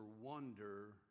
wonder